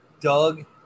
Doug